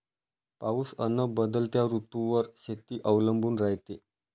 पाऊस अन बदलत्या ऋतूवर शेती अवलंबून रायते